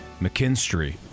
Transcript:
...McKinstry